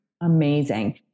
Amazing